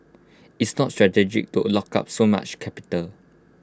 it's not strategic to lock up so much capital